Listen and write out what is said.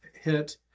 hit